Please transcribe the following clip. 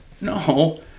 no